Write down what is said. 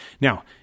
Now